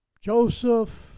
Joseph